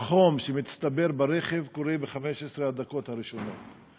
החום שמצטבר ברכב, קורה ב-15 הדקות הראשונות.